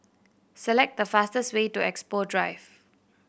select the fastest way to Expo Drive